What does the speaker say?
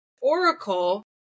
oracle